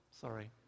sorry